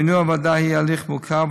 מינוי הוועדה הוא הליך מורכב,